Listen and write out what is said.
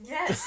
Yes